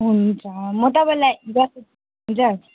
हुन्छ म तपाईँलाई हजुर